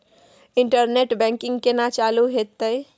Internet banking केना चालू हेते?